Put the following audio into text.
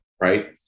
right